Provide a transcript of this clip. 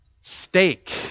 steak